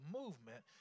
movement